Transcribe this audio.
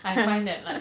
I find that like